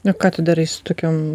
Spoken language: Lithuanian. o ką tu darai su tokiom